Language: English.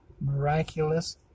miraculous